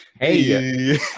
Hey